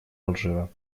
алжира